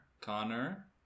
Connor